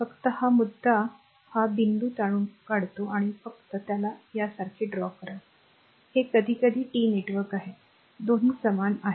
फक्त हा मुद्दा हा बिंदू ताणून काढतो आणि फक्त त्याला यासारखे ड्रॉ करा हे कधीकधी टी नेटवर्क आहे दोन्ही समान आहेत